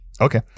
Okay